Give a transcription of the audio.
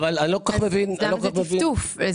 למה זה טפטוף?